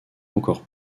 encore